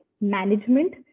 management